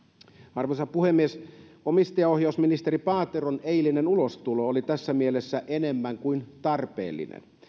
arvoisa puhemies omistajaohjausministeri paateron eilinen ulostulo oli tässä mielessä enemmän kuin tarpeellinen